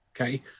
okay